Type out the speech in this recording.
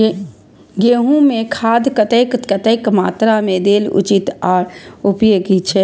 गेंहू में खाद कतेक कतेक मात्रा में देल उचित आर उपयोगी छै?